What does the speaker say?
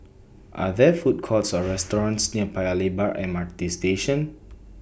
Are There Food Courts Or restaurants near Paya Lebar M R T Station